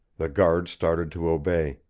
the guard started to obey.